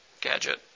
gadget